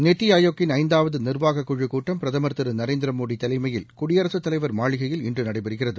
நித்தி ஆயோக்கின் ஐந்தாவது நிர்வாக குழு கூட்டம் பிரதமர் திரு நரேந்திர மோடி தலைமையில் குடியரசுத் தலைவர் மாளிகையில் இன்று நடைபெறுகிறது